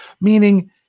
meaning